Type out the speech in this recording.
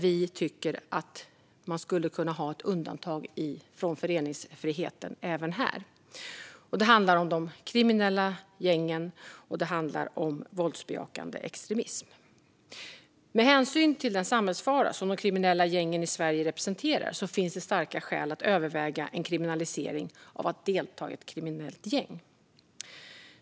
Vi tycker att man skulle kunna ha ett undantag från föreningsfriheten även här. Det handlar om de kriminella gängen, och det handlar om våldsbejakande extremism. Med hänsyn till den samhällsfara som de kriminella gängen i Sverige representerar finns det starka skäl att överväga en kriminalisering av att delta i ett kriminellt gäng.